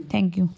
thank you